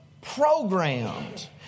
programmed